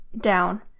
down